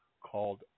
called